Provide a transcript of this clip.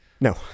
No